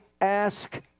Ask